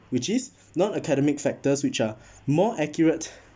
which is non academic factors which are more accurate